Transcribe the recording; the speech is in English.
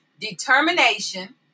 determination